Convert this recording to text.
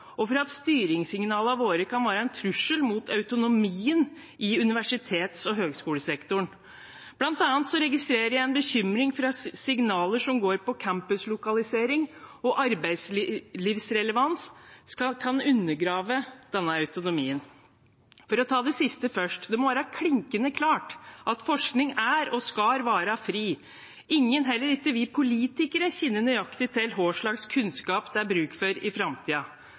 og for at styringssignalene våre kan være en trussel mot autonomien i universitets- og høyskolesektoren. Blant annet registrerer jeg en bekymring om signaler som går på campuslokalisering, og at arbeidslivsrelevans kan undergrave denne autonomien. For å ta det siste først: Det må være klinkende klart at forskning er og skal være fri. Ingen – heller ikke vi politikere – kjenner nøyaktig til hva slags kunnskap det vil være bruk for i